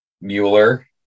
Mueller